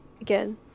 again